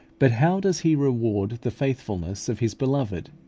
but how does he reward the faithfulness of his beloved!